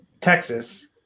Texas